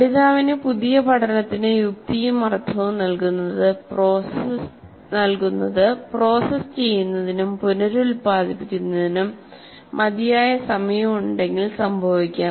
പഠിതാവിന് പുതിയ പഠനത്തിന് യുക്തിയും അർത്ഥവും നൽകുന്നത് പ്രോസസ്സ് ചെയ്യുന്നതിനും പുനരുൽപ്പാദിപ്പിക്കുന്നതിനും മതിയായ സമയമുണ്ടെങ്കിൽ സംഭവിക്കാം